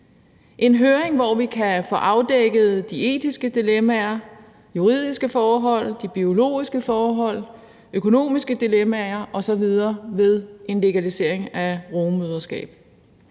en høring, hvor vi kan få afdækket de etiske dilemmaer, juridiske forhold, de biologiske forhold, økonomiske dilemmaer osv. ved en legalisering af rugemoderskab.